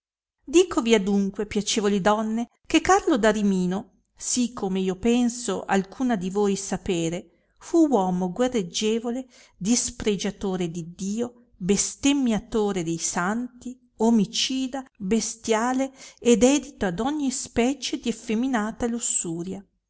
onesta dicovi adunque piacevoli donne che carlo d'arimino sì come io penso alcuna di voi sapere fu uomo guerreggievole dispregiatore d iddio bestemmiatore de santi omicida bestiale e dedito ad ogni specie di effeminata lussuria